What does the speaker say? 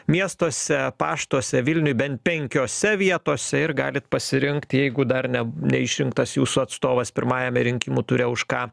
miestuose paštuose vilniuj bent penkiose vietose ir galit pasirinkt į jeigu dar ne neišrinktas jūsų atstovas pirmajame rinkimų ture už ką